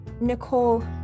Nicole